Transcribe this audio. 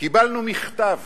קיבלנו מכתב